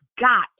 got